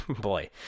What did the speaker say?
Boy